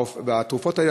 ולתרופות האלה,